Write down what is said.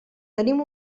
tenim